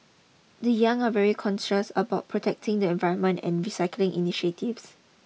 the young are very conscious about protecting the environment and recycling initiatives